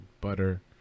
butter